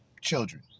children